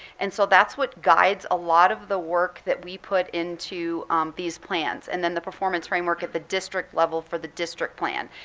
and so that's what guides a lot of the work that we put into these plans. and then the performance framework at the district level for the district plan.